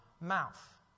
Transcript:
mouth